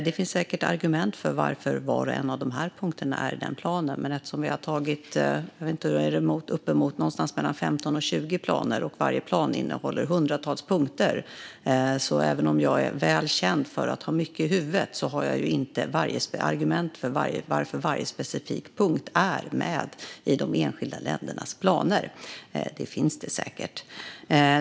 Det finns säkert argument för varför var och en av de punkterna finns med i planen, men eftersom regeringen har tagit emot 15-20 planer, och varje plan innehåller hundratals punkter, och även om jag är känd för att ha mycket i huvudet, kan jag inte varje argument för varje specifik punkt i de enskilda ländernas planer.